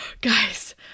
Guys